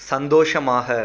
சந்தோஷமாக